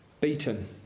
beaten